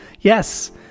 yes